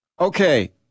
Okay